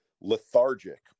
Lethargic